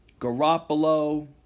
Garoppolo